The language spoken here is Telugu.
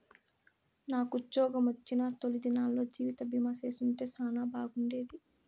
నాకుజ్జోగమొచ్చిన తొలి దినాల్లో జీవితబీమా చేసుంటే సానా బాగుండేది